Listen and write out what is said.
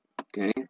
okay